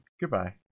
goodbye